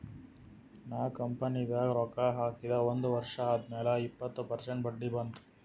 ನಾ ಕಂಪನಿದಾಗ್ ರೊಕ್ಕಾ ಹಾಕಿದ ಒಂದ್ ವರ್ಷ ಆದ್ಮ್ಯಾಲ ಇಪ್ಪತ್ತ ಪರ್ಸೆಂಟ್ ಬಡ್ಡಿ ಬಂತ್